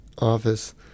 office